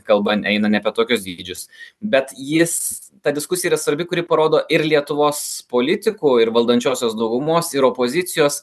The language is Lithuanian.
kalba eina nebe tokius dydžius bet jis ta diskusija yra svarbi kuri parodo ir lietuvos politikų ir valdančiosios daugumos ir opozicijos